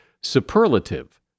Superlative